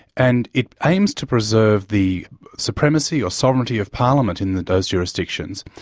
and it aims to preserve the supremacy or sovereignty of parliament in those jurisdictions,